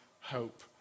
hope